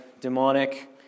demonic